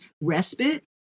respite